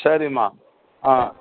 சரிம்மா ஆ